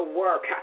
work